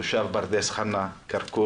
תושב פרדס חנה-כרכור,